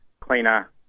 cleaner